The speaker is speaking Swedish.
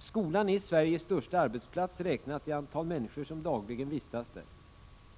Skolan är Sveriges största arbetsplats räknat i antal människor som dagligen vistas där.